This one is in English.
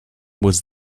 was